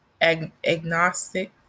agnostic